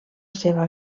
seva